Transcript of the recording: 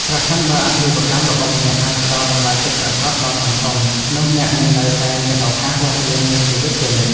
ប្រសិនបើអាជីវកម្មរបស់អ្នកអាចផ្ដល់តម្លៃពិតប្រាកដដល់សង្គម នោះអ្នកនឹងនៅតែមានឱកាសរស់រានមានជីវិតជានិច្ច។